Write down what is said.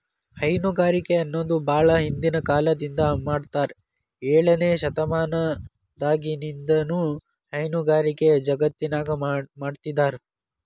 ಹೈನುಗಾರಿಕೆ ಅನ್ನೋದು ಬಾಳ ಹಿಂದಿನ ಕಾಲದಿಂದ ಮಾಡಾತ್ತಾರ ಏಳನೇ ಶತಮಾನದಾಗಿನಿಂದನೂ ಹೈನುಗಾರಿಕೆ ಜಗತ್ತಿನ್ಯಾಗ ಮಾಡ್ತಿದಾರ